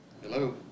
Hello